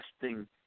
testing